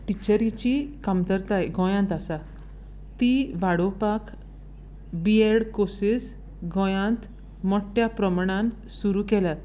टिचेरीची कमरताय गोंयांत आसा ती वाडोवपात बी एड कोर्सीस गोंयांत मोठ्या प्रमाणान सुरू केल्यात